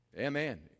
Amen